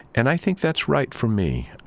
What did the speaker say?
and i think that's right for me.